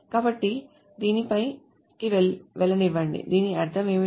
కాబట్టి దీనిపైకి వెళ్ళనివ్వండి దీని అర్థం ఏమిటి